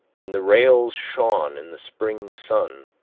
and the rails shone in the spring sun,